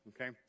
okay